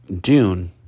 Dune